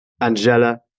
Angela